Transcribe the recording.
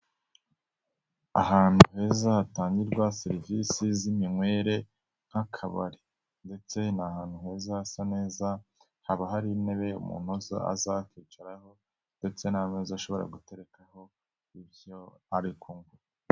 Ahantu heza hatangirwa serivisi z'iminywere nk'akabari ndetse ni ahantu heza hasa neza, haba hari intebe umuntu akazakicaraho ndetse n'amezaza ashobora guterekaho ibyo ari kunywa.